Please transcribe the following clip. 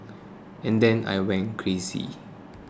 and then I went crazy